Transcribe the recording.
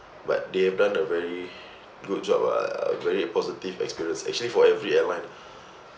but they have done a very good job ah very positive experience actually for every airline